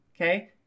Okay